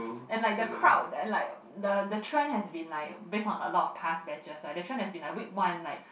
and like the crowd and like the the trend has been like based on a lot of past batches right the trend has been like week one like